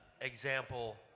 Example